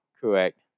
Correct